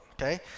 okay